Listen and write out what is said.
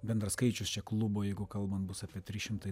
bendras skaičius čia klubo jeigu kalbant bus apie trys šimtai